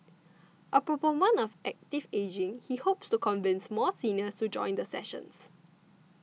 a proponent of active ageing he hopes to convince more seniors to join the sessions